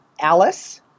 Alice